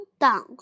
down